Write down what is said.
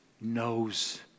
knows